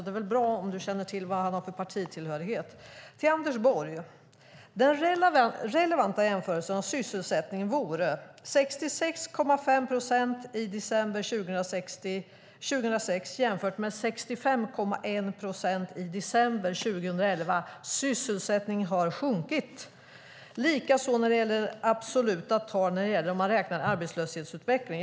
Det är bra om du känner till vilken partitillhörighet han har. Till Anders Borg vill jag säga att den relevanta jämförelsen när det gäller sysselsättningen vore att säga att det var 66,5 procent i december 2006 och 65,1 procent i december 2011. Sysselsättningen har sjunkit. Det gäller också i absoluta tal för arbetslöshetsutvecklingen.